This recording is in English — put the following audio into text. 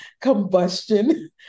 combustion